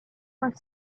were